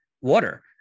water